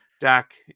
Dak